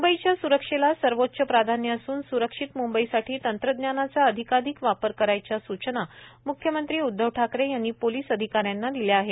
मंबईच्या सुरक्षेला सर्वोच्च प्राधान्य असून सुरक्षित मंबईसाठी तंत्रजानाचा अधिकाधिक वापर करायच्या सूचना म्ख्यमंत्री उद्धव ठाकरे यांनी पोलिस अधिका यांना दिल्या आहेत